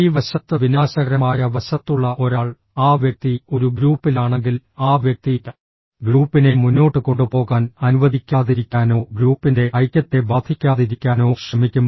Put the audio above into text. ഈ വശത്ത്ഃ വിനാശകരമായ വശത്തുള്ള ഒരാൾ ആ വ്യക്തി ഒരു ഗ്രൂപ്പിലാണെങ്കിൽ ആ വ്യക്തി ഗ്രൂപ്പിനെ മുന്നോട്ട് കൊണ്ടുപോകാൻ അനുവദിക്കാതിരിക്കാനോ ഗ്രൂപ്പിന്റെ ഐക്യത്തെ ബാധിക്കാതിരിക്കാനോ ശ്രമിക്കും